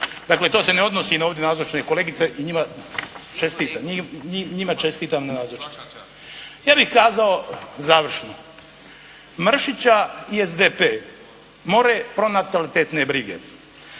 Dakle to se ne odnosi na ovdje nazočne kolegice i njima čestitam na nazočnosti. Ja bih kazao završno. Mršića i SDP more pronatalitetne brige,